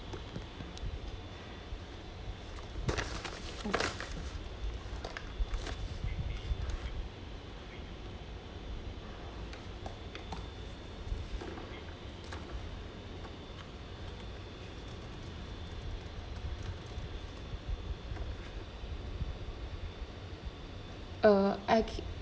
uh I can